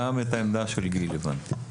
גם את העמדה של גיל הבנתי.